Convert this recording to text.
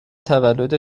تولدت